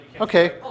Okay